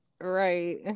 right